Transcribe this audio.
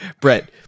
Brett